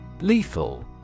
Lethal